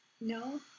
no